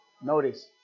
Notice